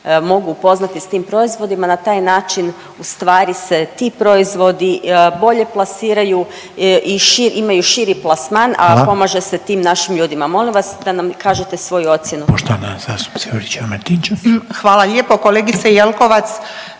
mogu upoznati s tim proizvodima. Na taj način ustvari se ti proizvodi bolje plasiraju i imaju širi plasman …/Upadica Reiner: Hvala./… a pomaže se tim našim ljudima. Molim vas da nam kažete svoju ocjenu? **Reiner, Željko